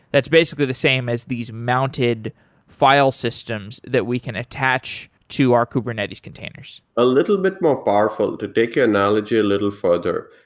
that's basically the same as these mounted file systems that we can attach to our kubernetes containers. a little bit more powerful. to take your analogy a little further,